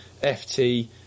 FT